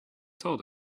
told